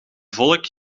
volk